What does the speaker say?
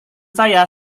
saya